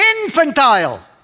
Infantile